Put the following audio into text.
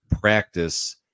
practice